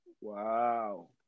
Wow